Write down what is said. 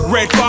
Red